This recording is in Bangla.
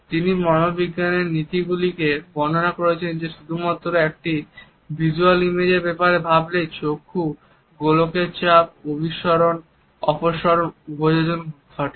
এবং তিনি মনোবিজ্ঞানের নীতিগুলিতে বর্ণনা করেছেন যে শুধুমাত্র একটি ভিসুয়াল ইমেজ এর ব্যাপারে ভাবলেই চক্ষু গোলকের চাপ অভিসরণ অপসরণ উপযোজন ঘটে